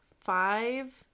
five